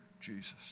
Jesus